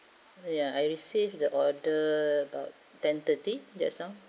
so ya I received the order about ten thirty just now